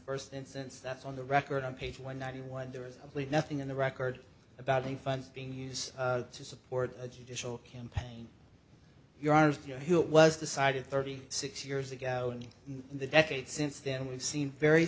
first instance that's on the record on page one ninety one there is nothing in the record about the funds being used to support a judicial campaign you are you know who it was decided thirty six years ago and in the decade since then we've seen very